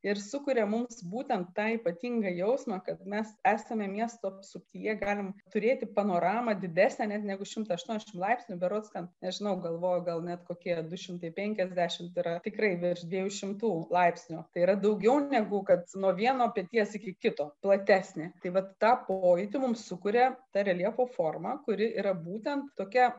ir sukuria mums būtent tą ypatingą jausmą kad mes esame miesto apsuptyje galim turėti panoramą didesnę net negu šimtą aštuoniasdešimt laipsnių berods ten nežinau galvoju gal net kokie du šimtai penkiasdešimt yra tikrai virš dviejų šimtų laipsnių tai yra daugiau negu kad nuo vieno peties iki kito platesnė tai vat tą pojūtį mums sukuria ta reljefo forma kuri yra būtent tokia